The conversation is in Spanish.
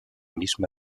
misma